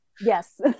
yes